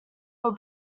were